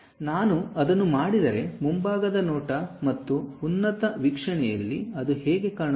ನಾನು ಅದನ್ನು ಮಾಡಿದರೆ ಮುಂಭಾಗದ ನೋಟ ಮತ್ತು ಉನ್ನತ ವೀಕ್ಷಣೆಯಲ್ಲಿ ಅದು ಹೇಗೆ ಕಾಣುತ್ತದೆ